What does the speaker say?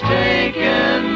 taken